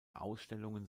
ausstellungen